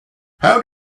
how